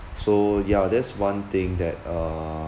so yeah that's one thing that uh